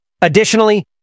Additionally